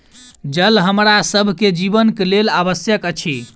जल हमरा सभ के जीवन के लेल आवश्यक अछि